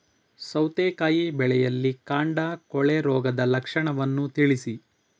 ಸೌತೆಕಾಯಿ ಬೆಳೆಯಲ್ಲಿ ಕಾಂಡ ಕೊಳೆ ರೋಗದ ಲಕ್ಷಣವನ್ನು ತಿಳಿಸಿ?